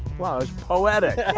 was poetic!